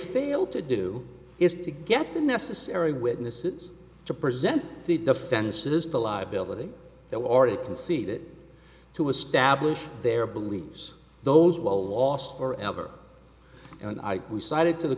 failed to do is to get the necessary witnesses to present the defenses to liability that were already conceded to establish their beliefs those will last for ever and i we cited to the